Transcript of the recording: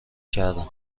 کردم